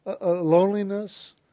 loneliness